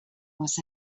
was